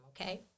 okay